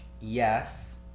yes